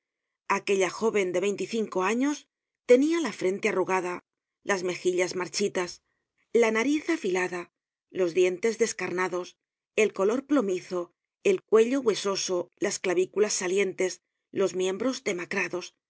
aquella jóven de veinte y cinco años teniala frente arrugada las megillas marchitas la nariz afilada los dientes descarnados el color plomizo el cuello huesoso las clavículas salientes los miembros demacrados